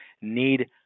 need